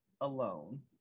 alone